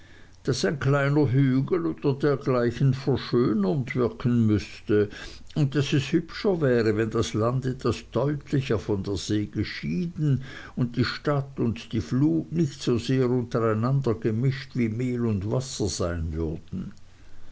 daß ein kleiner hügel oder dergleichen verschönernd wirken müßte und daß es hübscher wäre wenn das land etwas deutlicher von der see geschieden und die stadt und die flut nicht so sehr untereinander gemischt wie mehl und wasser sein würden